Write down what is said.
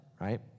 right